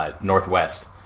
northwest